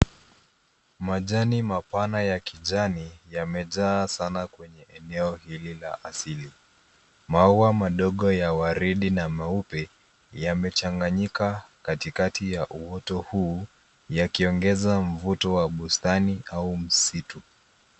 Majani mapana ya kijani yamejaa sana kwenye eneo hili la asili. Maua madogo ya waridi na meupe, yamechanganyika, katikati ya uoto huu yakiongeza mvuto wa bustani au msitu.